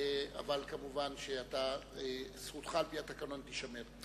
אבל מובן שזכותך על-פי התקנון תישמר.